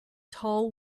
tall